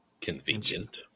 convenient